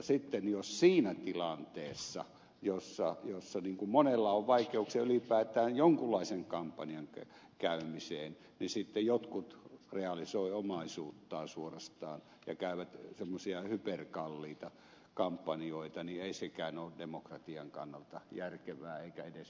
sitten jos siinä tilanteessa jossa monella on vaikeuksia ylipäätään jonkunlaisen kampanjan käymiseen sitten jotkut realisoi omaisuuttaan suorastaan ja käyvät semmoisia hyperkalliita kampanjoita niin ei sekään ole demokratian kannalta järkevää eikä edes hyväksyttävää